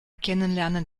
kennenlernen